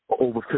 Over